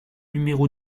numéro